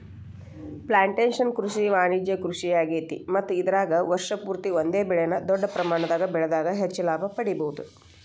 plantation ಕೃಷಿ ವಾಣಿಜ್ಯ ಕೃಷಿಯಾಗೇತಿ ಮತ್ತ ಇದರಾಗ ವರ್ಷ ಪೂರ್ತಿ ಒಂದೇ ಬೆಳೆನ ದೊಡ್ಡ ಪ್ರಮಾಣದಾಗ ಬೆಳದಾಗ ಹೆಚ್ಚ ಲಾಭ ಪಡಿಬಹುದ